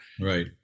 right